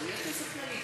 יש בזה כללים.